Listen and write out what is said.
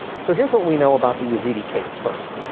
so here's what we know about the yazidi case first.